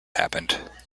happened